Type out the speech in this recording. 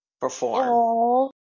perform